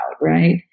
right